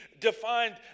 defined